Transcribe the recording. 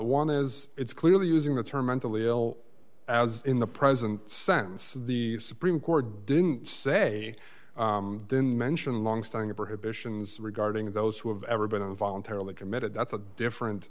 one is it's clearly using the term mentally ill as in the present sense the supreme court didn't say didn't mention longstanding a british ins regarding those who have ever been involuntarily committed that's a different